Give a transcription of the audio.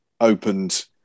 opened